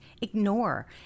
ignore